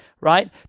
right